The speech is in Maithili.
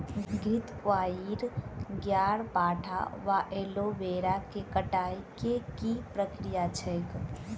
घृतक्वाइर, ग्यारपाठा वा एलोवेरा केँ कटाई केँ की प्रक्रिया छैक?